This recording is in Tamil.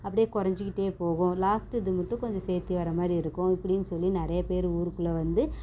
அப்படியே குறஞ்சிக்கிட்டே போகும் லாஸ்ட்டு இது மட்டும் கொஞ்சம் சேர்த்தி வர மாதிரி இருக்கும் இப்படின் சொல்லி நிறைய பேர் ஊருக்குள்ளே வந்து